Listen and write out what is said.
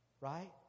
Right